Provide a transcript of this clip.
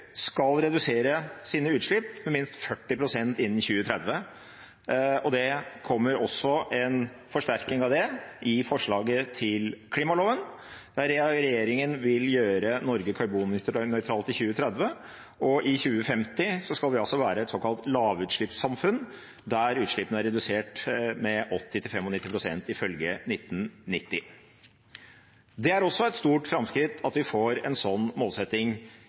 skal redusere sine utslipp med minst 40 pst. innen 2030. Det kommer også en forsterking av det i forslaget til klimaloven, der regjeringen vil gjøre Norge karbonnøytralt i 2030, og i 2050 skal vi være et såkalt lavutslippssamfunn der utslippene er redusert med 80–95 pst. – ifølge 1990. Det er også et stort framskritt at vi får en sånn målsetting